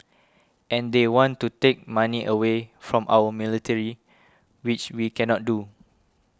and they want to take money away from our military which we cannot do